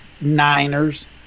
Niners